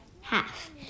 Half